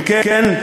אם כן,